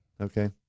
Okay